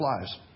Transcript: lives